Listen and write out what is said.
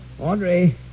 Audrey